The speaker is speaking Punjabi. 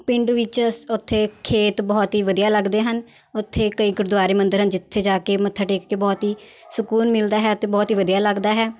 ਪਿੰਡ ਵਿੱਚ ਅ ਉੱਥੇ ਖੇਤ ਬਹੁਤ ਹੀ ਵਧੀਆ ਲੱਗਦੇ ਹਨ ਉੱਥੇ ਕਈ ਗੁਰਦੁਆਰੇ ਮੰਦਿਰ ਹਨ ਜਿੱਥੇ ਜਾ ਕੇ ਮੱਥਾ ਟੇਕ ਕੇ ਬਹੁਤ ਹੀ ਸਕੂਨ ਮਿਲਦਾ ਹੈ ਅਤੇ ਬਹੁਤ ਹੀ ਵਧੀਆ ਲੱਗਦਾ ਹੈ